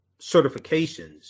certifications